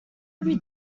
every